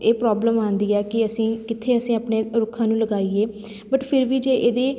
ਇਹ ਪ੍ਰੋਬਲਮ ਆਉਂਦੀ ਹੈ ਕਿ ਅਸੀਂ ਕਿੱਥੇ ਅਸੀਂ ਆਪਣੇ ਰੁੱਖਾਂ ਨੂੰ ਲਗਾਈਏ ਬਟ ਫਿਰ ਵੀ ਜੇ ਇਹਦੇ